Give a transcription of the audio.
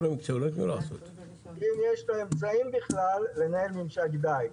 אמצעים לנהל ממשק דיג.